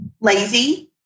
lazy